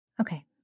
Okay